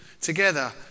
together